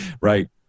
right